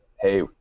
hey